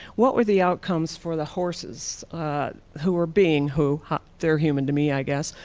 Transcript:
what were the outcomes for the horses who were being, who they're human to me i guess,